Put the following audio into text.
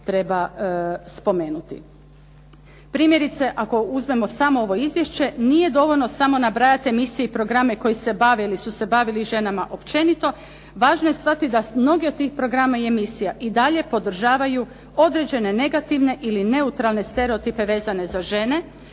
treba spomenuti. Primjerice, ako uzmemo samo ovo izvješće nije dovoljno samo nabrajati emisije i programe koji se bave ili su se bavili ženama općenito. Važno je shvatiti da mnogi od tih programa i emisija i dalje podržavaju određene negativne ili neutralne stereotipe vezane za žene,